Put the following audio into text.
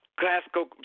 classical